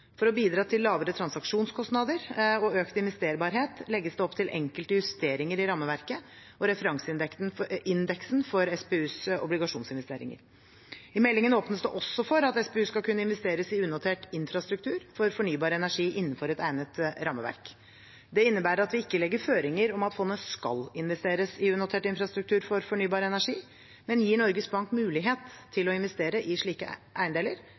For å bidra til lavere transaksjonskostnader og økt investerbarhet legges det opp til enkelte justeringer i rammeverket og referanseindeksen for SPUs obligasjonsinvesteringer. I meldingen åpnes det også for at SPU skal kunne investeres i unotert infrastruktur for fornybar energi innenfor et egnet rammeverk. Det innebærer at vi ikke legger føringer om at fondet skal investeres i unotert infrastruktur for fornybar energi, men det gir Norges Bank mulighet til å investere i slike eiendeler